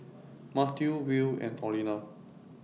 Mateo Will and Orlena